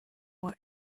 for